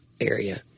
area